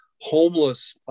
homeless